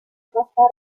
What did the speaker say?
pasar